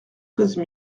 treize